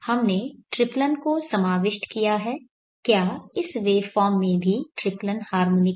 हमने ट्रिप्लन को समाविष्ट किया है क्या इस वेवफॉर्म में भी ट्रिप्लन हार्मोनिक है